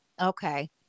Okay